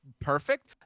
perfect